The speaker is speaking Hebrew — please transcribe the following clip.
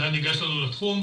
זו הנגיעה שלנו לתחום.